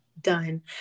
done